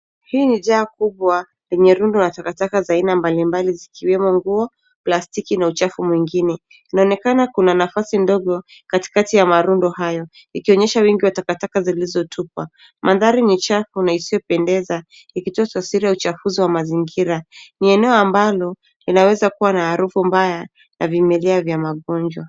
Hii ni jaa kubwa lenye rundo la takataka za aina mbalimbali zikiwemo nguo, plastiki na uchafu mwingine. Inaonekana kuna nafasi ndogo katikati ya marundo hayo, ikionyesha wingi wa takataka zilizotupwa. Mandhari ni chafu na isiyopendeza, ikitoa taswira ya uchafuzi wa mazingira. Ni eneo ambalo linaweza kuwa na harufu mbaya na vimelea vya magonjwa.